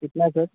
कितना सर